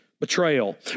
Betrayal